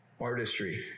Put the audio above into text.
artistry